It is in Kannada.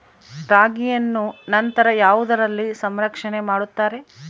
ರಾಗಿಯನ್ನು ನಂತರ ಯಾವುದರಲ್ಲಿ ಸಂರಕ್ಷಣೆ ಮಾಡುತ್ತಾರೆ?